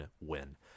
win